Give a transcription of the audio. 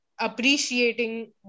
appreciating